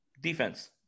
defense